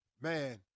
Man